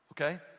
okay